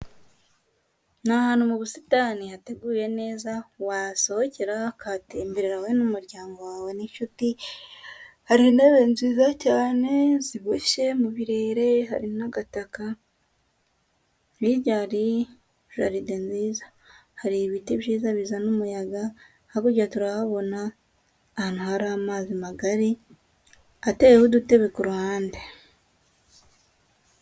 Ni ahantu mu busitani hateguye neza wasohokera, ukahatemberera wowe n'umuryango wawe n'inshuti. Hari intebe nziza cyane ziboshye mu birere, hari n'agataka. Hirya hari jaride nziza. Hari ibiti byiza bizana umuyaga. Hakurya turahabona ahantu hari amazi magari, ateyeho udutebe ku ruhande.